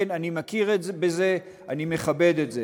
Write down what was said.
כן, אני מכיר בזה, אני מכבד את זה.